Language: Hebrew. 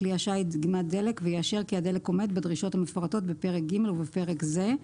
דגימת דלק ויאשר כי הדלק עומד בדרישות המפורטות בפרק ג' ובפרק זה.